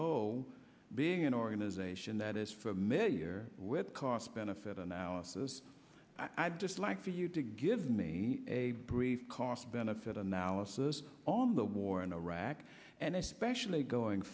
o being an organization that is familiar with cost benefit analysis i'd just like for you to give me a brief cost benefit analysis on the war in iraq and especially going